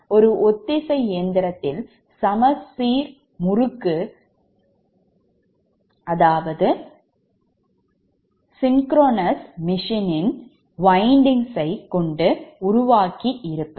ஒரு ஒத்திசை இயந்திரத்தில் சமச்சீர் முறுக்கு யைக் கொண்டு உருவாக்கி இருப்பர்